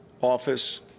office